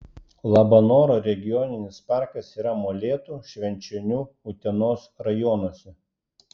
labanoro regioninis parkas yra molėtų švenčionių utenos rajonuose